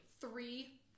three